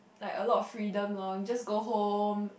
like a lot of freedom lor just go home